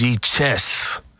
Chess